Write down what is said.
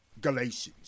Galatians